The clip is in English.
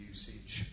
Usage